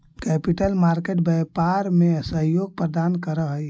capital market व्यापार में सहयोग प्रदान करऽ हई